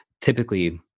typically